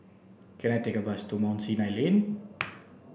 can I take a bus to Mount Sinai Lane